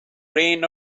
reign